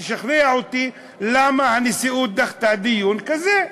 ותשכנע אותי למה הנשיאות דחתה דיון כזה?